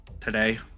today